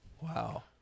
Wow